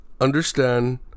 understand